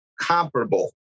comparable